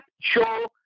show